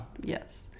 Yes